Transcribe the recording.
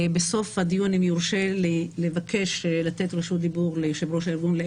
בסוף הדיון אם יורשה לי לבקש לתת רשות דיבור ליושב ראש הארגון,